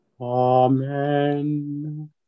Amen